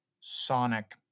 Sonic